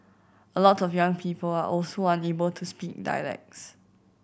a lot of young people are also unable to speak dialects